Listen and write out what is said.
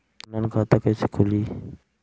Online खाता कईसे खुलि?